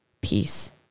peace